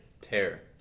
Tear